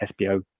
SBO